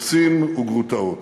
קוצים וגרוטאות.